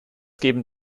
geben